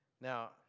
Now